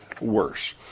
worse